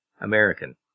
American